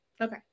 Okay